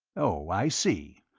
oh, i see.